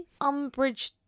Umbridge